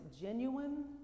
genuine